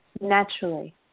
naturally